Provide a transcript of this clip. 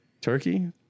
turkey